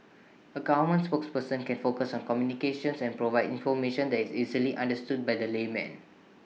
A government spokesperson can focus on communications and provide information that is easily understood by the layman